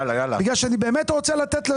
בגלל שאני באמת רוצה לתת.